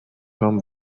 هام